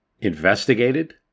investigated